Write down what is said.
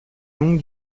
longue